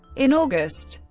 in august,